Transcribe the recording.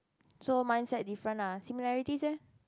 so mindset different lah similarities leh